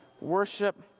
Worship